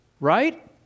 Right